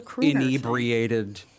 inebriated